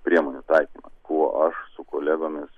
priemonių taikymas kuo aš su kolegomis